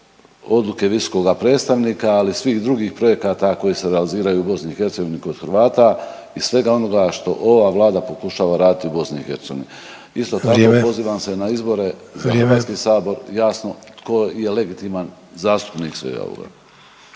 odluke visokoga predstavnika, ali i svih drugih projekata koji se realiziraju u BiH kod Hrvata i svega onoga što ova vlada pokušava raditi u BiH. …/Upadica Sanader: Vrijeme./… Isto tako pozivam se na izbore za …/Upadica Sanader: Vrijeme./… HS jasno tko je legitiman zastupnik svega ovoga.